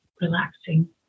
relaxing